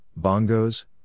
bongos